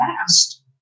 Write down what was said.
fast